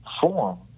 form